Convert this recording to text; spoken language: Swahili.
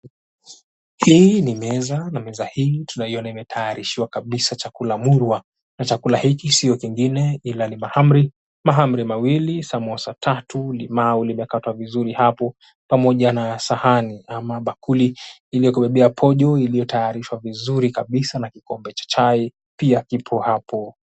Hii ni meza na meza hii tunaona imetaharishwa chakula murwa chakula hichi sio kingine ila ni mahamri mawili samosa tatu na limau limekatwa vizuri hapo pamoja na sahani ama bakuli iliyokubebea pojo pamoja na kikombe cha chai kiliwepo hapo.